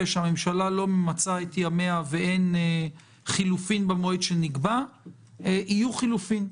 שהממשלה לא ממצה את ימיה ואין חילופים במועד שנקבע אז יהיו חילופים.